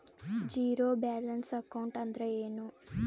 Zero balance account ಅಂದ್ರ ಏನು?